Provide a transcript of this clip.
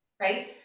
right